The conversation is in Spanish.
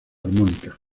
armónica